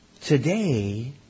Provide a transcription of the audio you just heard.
Today